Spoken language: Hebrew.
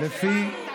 יש חוקים.